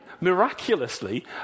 miraculously